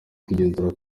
kwigenzura